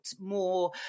more